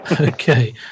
Okay